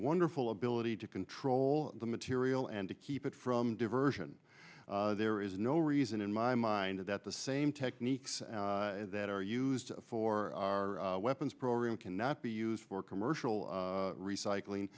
wonderful ability to control the material and to keep it from diversion there is no reason in my mind that the same techniques that are used for our weapons program cannot be used for commercial recycling